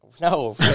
No